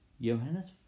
Johannes